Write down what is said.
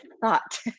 thought